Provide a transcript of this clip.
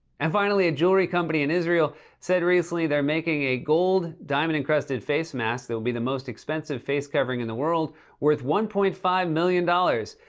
and finally, a jewelry company in israel said recently they're making a gold diamond-encrusted face mask that will be the most expensive face covering in the world worth one point five million dollars.